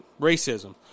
racism